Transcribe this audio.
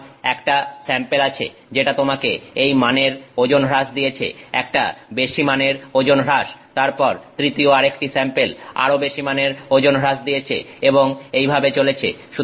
তোমার একটা স্যাম্পেল আছে যেটা তোমাকে এই মানের ওজন হ্রাস দিয়েছে একটা বেশি মানের ওজন হ্রাস তারপর তৃতীয় আরেকটি স্যাম্পেল আরো বেশি মানের ওজন হ্রাস দিয়েছে এবং এইভাবে চলেছে